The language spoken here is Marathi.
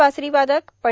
बासरी वादक पं